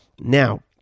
Now